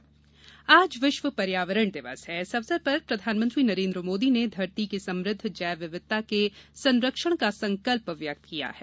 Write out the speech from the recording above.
पर्यावरण दिवस आज विश्व पर्यावरण दिवस है इस अवसर पर प्रधानमंत्री नरेंद्र मोदी ने धरती की समृद्ध जैव विविधता के संरक्षण का संकल्प व्यक्त किया है